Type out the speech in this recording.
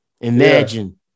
Imagine